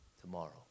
tomorrow